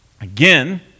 Again